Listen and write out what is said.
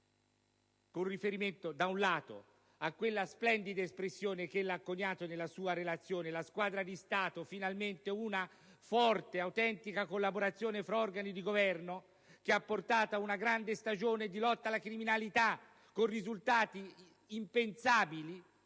con riferimento da un lato a quella splendida espressione che ella ha coniato nella sua relazione: la «squadra di Stato»; finalmente una forte autentica collaborazione fra organi di Governo, che ha portato a una grande stagione di lotta alla criminalità, con risultati impensabili